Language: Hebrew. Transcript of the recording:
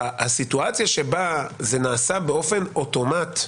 הסיטואציה שבה זה נעשה באופן אוטומט,